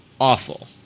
awful